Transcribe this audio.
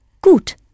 Gut